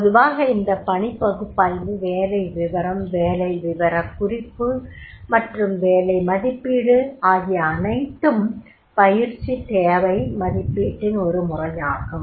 பொதுவாக இந்த பணிப் பகுப்பாய்வு வேலை விவரம் வேலை விவரக்குறிப்பு மற்றும் வேலை மதிப்பீடு ஆகிய அனைத்தும் பயிற்சி தேவை மதிப்பீட்டின் ஒரு முறையாகும்